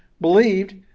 believed